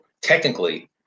technically